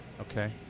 Okay